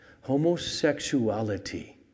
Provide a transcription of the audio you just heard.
Homosexuality